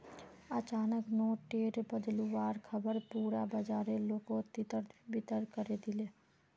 अचानक नोट टेर बदलुवार ख़बर पुरा बाजारेर लोकोत तितर बितर करे दिलए